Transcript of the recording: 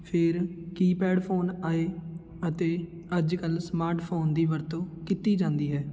ਫਿਰ keypad phone ਆਏ ਅਤੇ ਅੱਜ ਕੱਲ੍ਹ ਸਮਾਰਟ ਫੋਨ ਦੀ ਵਰਤੋਂ ਕੀਤੀ ਜਾਂਦੀ ਹੈ